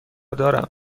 دارم